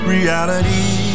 Reality